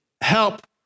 help